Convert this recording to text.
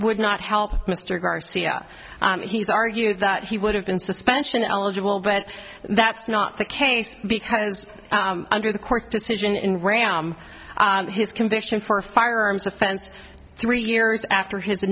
would not help mr garcia he's argued that he would have been suspension eligible but that's not the case because under the court's decision in ram his conviction for firearms offense three years after his